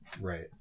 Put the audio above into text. Right